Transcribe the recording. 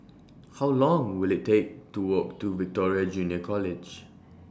How Long Will IT Take to Walk to Victoria Junior College